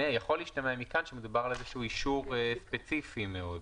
יכול להשתמע מכאן שמדובר על איזה אישור ספציפי מאוד.